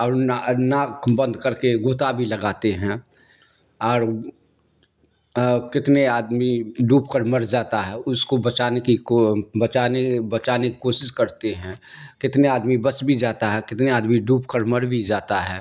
اور ن ناک بند کر کے گوتا بھی لگاتے ہیں اور کتنے آدمی ڈوب کر مر جاتا ہے اس کو بچانے کی کو بچانے بچانے کی کوشش کرتے ہیں کتنے آدمی بچ بھی جاتا ہے کتنے آدمی ڈوب کر مر بھی جاتا ہے